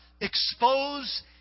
Expose